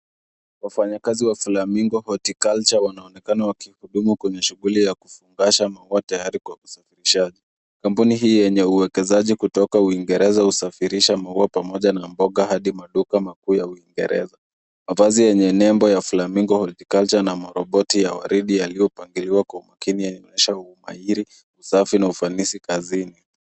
Wafanyakazi wa flamingo horticulture wanaonekana wakihudumu kwenye shughuli ya kufungasha maua tayari kwa kusafirisha. Kampuni hii yenye uwekezaji kutoka Uingereza husafirisha muwa pamoja na mboga hadi maduka makuu ya Uingereza. Mavazi yenye nembo ya flamingo horticulture na maroboti ya waridi yaliyo pangiliwa kwa umakini yanaonyesha umahiri, usafi na ufanisi kazini.